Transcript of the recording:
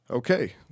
Okay